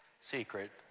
Secret